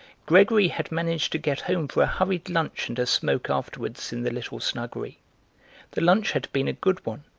gregory had managed to get home for a hurried lunch and a smoke afterwards in the little snuggery the lunch had been a good one,